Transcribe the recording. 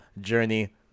Journey